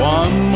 one